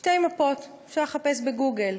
שתי מפות, אפשר לחפש ב"גוגל"